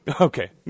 Okay